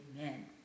amen